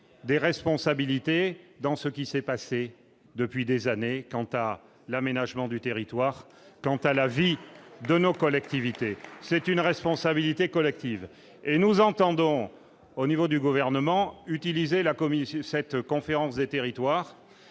des responsabilités dans ce qui s'est passé depuis des années quant à l'aménagement du territoire, quant à la vie de nos collectivités, c'est une responsabilité collective et nous entendons au niveau du gouvernement utiliser la Commission, cette conférence des territoires